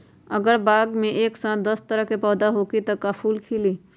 अगर बाग मे एक साथ दस तरह के पौधा होखि त का फुल खिली?